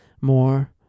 more